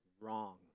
wrong